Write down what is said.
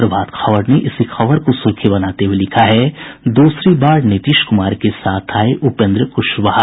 प्रभात खबर ने इसी खबर को सुर्खी बनाते हुये लिखा है दूसरी बार नीतीश कुमार के साथ आये उपेन्द्र कुशवाहा